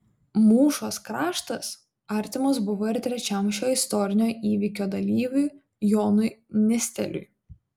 mūšos kraštas artimas buvo ir trečiam šio istorinio įvykio dalyviui jonui nisteliui